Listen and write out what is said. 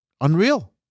Unreal